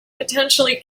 potentially